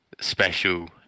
special